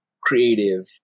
creative